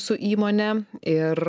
su įmone ir